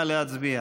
נא להצביע.